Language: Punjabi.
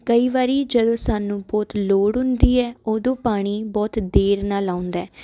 ਕਈ ਵਾਰੀ ਜਦੋਂ ਸਾਨੂੰ ਬਹੁਤ ਲੋੜ ਹੁੰਦੀ ਹੈ ਉਦੋਂ ਪਾਣੀ ਬਹੁਤ ਦੇਰ ਨਾਲ ਆਉਂਦਾ